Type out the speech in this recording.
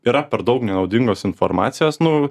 yra per daug nenaudingos informacijos nu